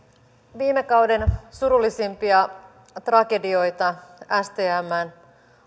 viime kauden surullisimpia tragedioita stmn